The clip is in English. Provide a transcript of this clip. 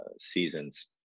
seasons